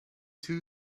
two